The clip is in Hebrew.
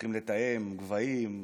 צריכים לתאם גבהים,